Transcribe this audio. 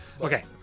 Okay